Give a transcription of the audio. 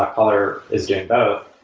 ah color is doing both.